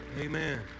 Amen